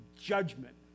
judgment